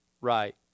Right